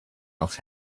else